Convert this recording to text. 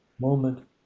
Moment